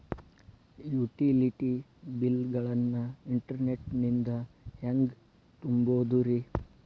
Utility bill ಗಳನ್ನ internet ನಿಂದ ಹೆಂಗ್ ತುಂಬೋದುರಿ?